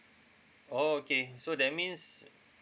oh okay so that means